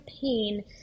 pain